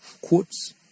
Quotes